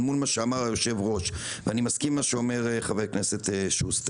אל מול מה שאמר היו"ר: אני מסכים עם מה שאומר חבר הכנסת שוסטר.